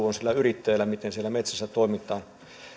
on se päävastuu miten siellä metsässä toimitaan